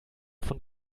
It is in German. von